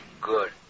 Good